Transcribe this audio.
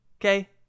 okay